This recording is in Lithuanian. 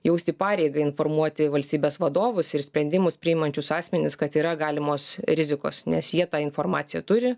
jausti pareigą informuoti valstybės vadovus ir sprendimus priimančius asmenis kad yra galimos rizikos nes jie tą informaciją turi